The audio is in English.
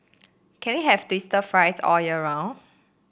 can we have twister fries all year round